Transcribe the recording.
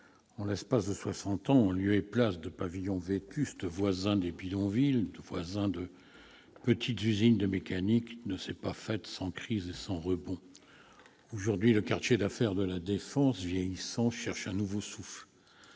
en l'espace de soixante ans, en lieu et place de pavillons vétustes voisins des bidonvilles et de petites usines de mécanique, ne s'est pas faite sans crise et sans rebond. Aujourd'hui, le quartier d'affaires de La Défense, vieillissant, cherche un nouveau souffle.